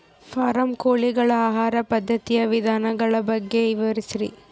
Form ಕೋಳಿಗಳ ಆಹಾರ ಪದ್ಧತಿಯ ವಿಧಾನಗಳ ಬಗ್ಗೆ ವಿವರಿಸಿ?